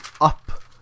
up